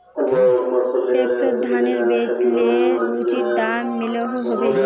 पैक्सोत धानेर बेचले उचित दाम मिलोहो होबे?